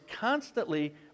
constantly